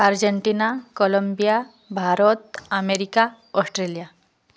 Argentina Colombia Bharat America Australia